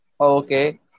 Okay